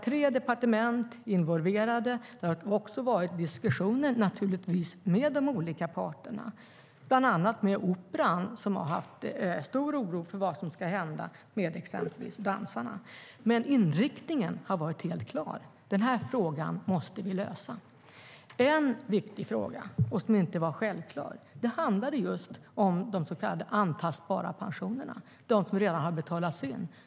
Tre departement har varit involverade. Det har naturligtvis också varit diskussioner med de olika parterna, bland annat Operan, som har hyst stor oro för vad som ska hända med exempelvis dansarna. Men inriktningen har varit helt klar: Denna fråga måste vi lösa. En viktig fråga, som inte var självklar, handlade just om de så kallade antastbara pensionerna, som redan betalats in.